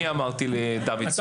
אני אמרתי לדוידסון.